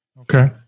Okay